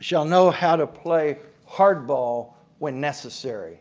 shall know how to play hardball when necessary.